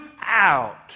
out